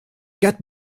get